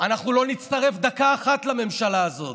אנחנו לא נצטרף דקה אחת לממשלה הזאת,